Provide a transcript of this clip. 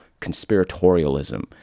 conspiratorialism